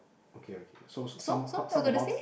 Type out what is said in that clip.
okay okay so some some amount